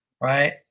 right